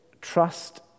trust